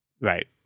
Right